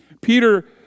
Peter